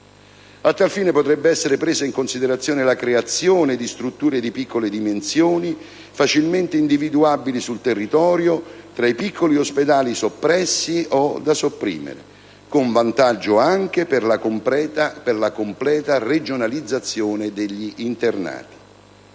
A tal fine, potrebbe essere presa in considerazione la creazione di strutture di piccole dimensioni, facilmente individuabili sul territorio tra i piccoli ospedali soppressi o da sopprimere, con vantaggio anche per la completa regionalizzazione degli internati.